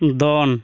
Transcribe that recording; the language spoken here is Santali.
ᱫᱚᱱ